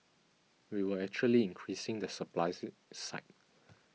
we were actually increasing the supply side